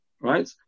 right